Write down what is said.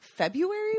february